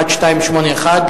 שאילתא מס' 1281,